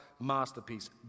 masterpiece